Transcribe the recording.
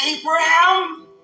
Abraham